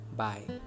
bye